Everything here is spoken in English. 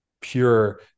pure